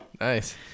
Nice